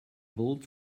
built